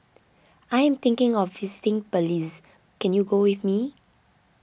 I am thinking of visiting Belize can you go with me